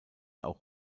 auch